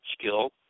skill